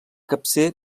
capcer